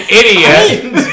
idiot